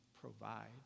provide